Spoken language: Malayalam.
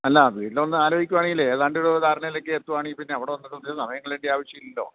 അല്ല വീട്ടിലൊന്ന് ആലോചിക്കുകയാണെങ്കിലേ ഏതാണ്ടൊരു ധാരണയിലൊക്കെ എത്തുകയാണെങ്കില്പ്പിന്നെ അവിടെ വന്നിട്ട് ഒത്തിരി സമയം കളയേണ്ട ആവശ്യമില്ലല്ലോ